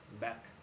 back